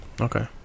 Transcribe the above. Okay